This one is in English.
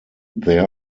there